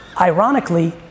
Ironically